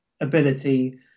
ability